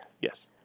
Yes